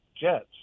jets